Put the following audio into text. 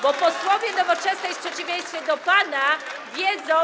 Bo posłowie Nowoczesnej w przeciwieństwie do pana wiedzą.